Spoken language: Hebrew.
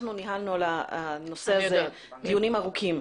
אנחנו ניהלנו על הנושא הזה דיונים ארוכים.